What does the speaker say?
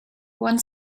one